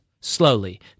Slowly